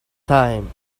time